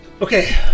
Okay